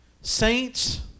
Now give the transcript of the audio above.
saints